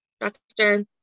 doctor